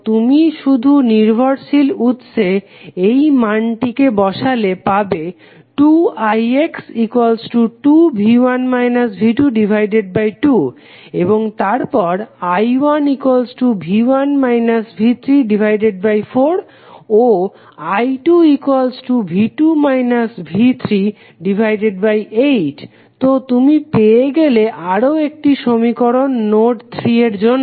তো তুমি শুধু নির্ভরশীল উৎসে এই মানটিকে বসালে পাবে 2ix 2V1 V22 এবং তারপর I1 V1 V34 ও I2 V2 V38 তো তুমি পেয়ে গেলে আরও একটি সমীকরণ নোড 3 এর জন্য